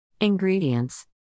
Ingredients